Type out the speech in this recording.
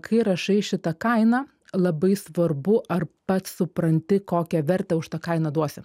kai rašai šitą kainą labai svarbu ar pats supranti kokią vertę už tą kainą duosi